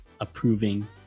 approving